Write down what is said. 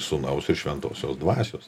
sūnaus ir šventosios dvasios